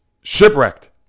shipwrecked